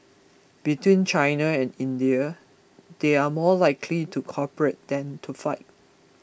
between China and India they are more likely to cooperate than to fight